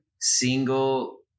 single